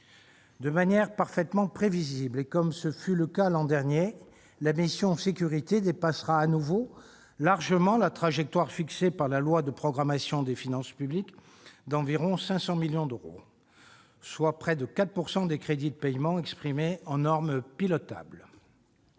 De manière parfaitement prévisible, et, comme ce fut le cas l'an dernier, la mission « Sécurités » dépassera de nouveau largement la trajectoire fixée par la loi de programmation des finances publiques : elle l'excédera d'environ 500 millions d'euros, ce qui représente près de 4 % des crédits de paiement exprimés en norme pilotable.